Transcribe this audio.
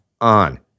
on